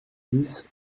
dix